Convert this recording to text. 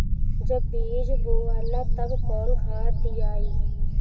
जब बीज बोवाला तब कौन खाद दियाई?